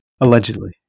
Allegedly